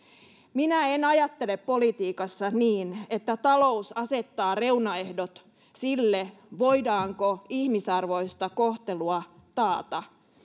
minä en en ajattele politiikassa niin että talous asettaa reunaehdot sille voidaanko ihmisarvoista kohtelua taata